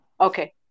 Okay